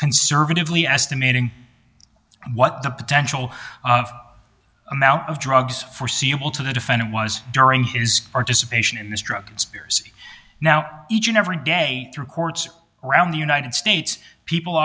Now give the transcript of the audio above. conservatively estimated what the potential amount of drugs forseeable to the defendant was during his participation in this drug now each and every day through courts around the united states people